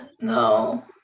No